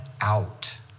out